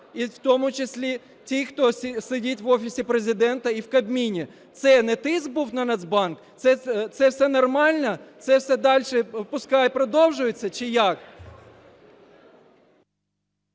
і в тому числі тих, хто сидить в Офісі Президента і в Кабміні, це не тиск був на Нацбанк, це все нормально, це все дальше пускай продовжується чи як?